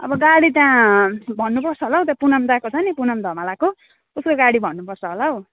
अब गाडी त्यहाँ भन्नुपर्छ होला हौ त्यो पुनम दादाको छ नि हौ पुनम धमालाको उसको गाडी भन्नुपर्छ होला हौ